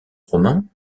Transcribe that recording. romain